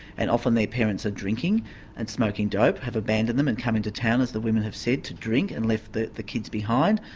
and often their parents are drinking and smoking dope, have abandoned them, and come into town, as the women have said, to drink, and left the the kids behind.